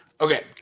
Okay